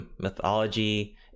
mythology